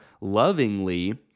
lovingly